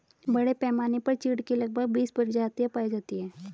बड़े पैमाने पर चीढ की लगभग बीस प्रजातियां पाई जाती है